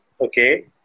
Okay